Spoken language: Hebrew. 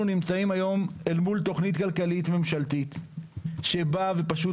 אנחנו נמצאים היום אל מול תוכנית כלכלית ממשלתית שבאה ופשוט